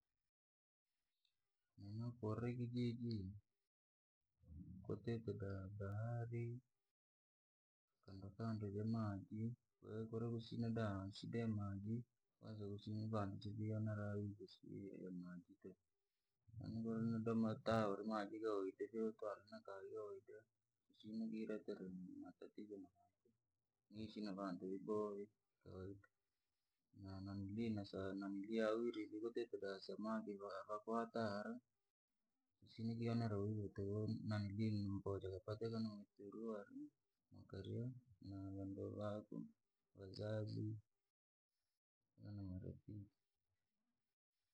Nini nakurra kijijii, kwatite da bahari, kandokando yamaji, kwahiyo kurakusina bashida ya maji, kwanza kusina vantu vionera, ko wadoma taha urimaaji kawaida, kusina kiirekera matatizo na muntu, nikaishi na vantu vyaboha kawaida, na aha nanilia irivii kwatite na samaki vyakweta hara. Kusina kiionera wivu tuku mboa jikapatikana mkaraa warimkaria navanduu vako, vazazi na marafiki.